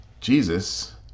Jesus